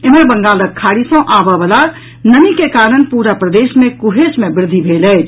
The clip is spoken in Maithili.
एम्हर बंगालक खाड़ी सॅ आबय वला नमी के कारण पूरा प्रदेश मे कुहेस मे वृद्धि भेल अछि